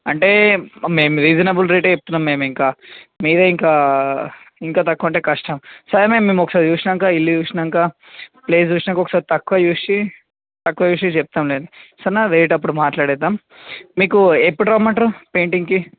అంటే మేము రీజనబుల్ రేటే చెప్తున్నాం మేమింకా మీరే ఇంకా ఇంకా తక్కువ అంటే కష్టం సరే మ్యామ్ మేము ఒకసారి చూశినాక ఇల్లు చూశినాక ప్లేస్ చూశినాక ఒకసారి తక్కువ చూసి తక్కువ చేశి చెప్తాంలెండి సరేనా రేట్ అప్పుడు మాట్లాడేద్దాం మీకు ఎప్పుడు రమ్మంటారు పెయింటింగ్కి